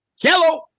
Hello